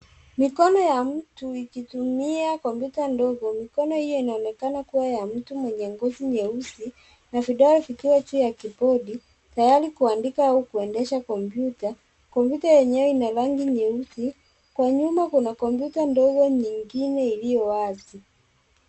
Mikono ya mtu ikitumia kompyuta ndogo. Mikono hiyo inaonekana kuwa ya mtu mwenye ngozi nyeusi na vidole vikiwa juu ya kibodi, tayari kuandika au kuendesha kompyuta. Kompyuta yenyewe ina rangi nyeusi. Kwa nyuma kuna kompyuta nyingine iliyo wazi.